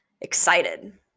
excited